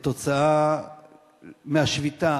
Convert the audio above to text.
כתוצאה מהשביתה,